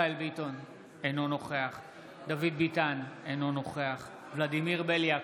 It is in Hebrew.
אינו נוכח דוד ביטן, אינו נוכח ולדימיר בליאק,